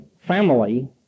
family